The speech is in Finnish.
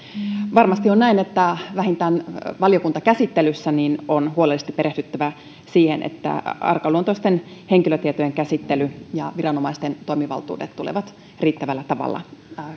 varmasti on näin että vähintään valiokuntakäsittelyssä on huolellisesti perehdyttävä siihen että arkaluontoisten henkilötietojen käsittely ja viranomaisten toimivaltuudet tulevat riittävällä tavalla